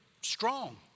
strong